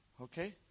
Okay